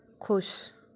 ਖੁਸ਼